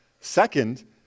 Second